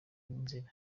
inzira